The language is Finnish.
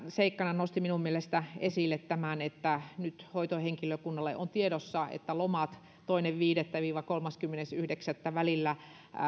seikkana nosti esille tämän että nyt hoitohenkilökunnalla on tiedossa että lomat toinen viidettä viiva kolmaskymmenes yhdeksättä välillä